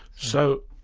so,